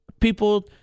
people